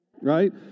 Right